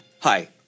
Hi